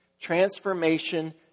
Transformation